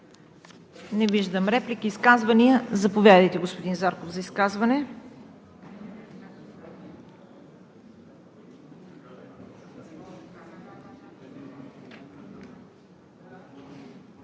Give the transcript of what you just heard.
Не виждам. Изказвания? Заповядайте, господин Зарков, за изказване.